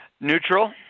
neutral